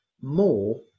more